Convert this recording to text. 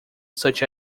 such